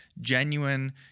genuine